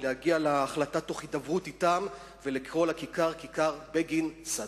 להגיע להחלטה תוך הידברות אתם ולקרוא לכיכר "כיכר בגין-סאדאת".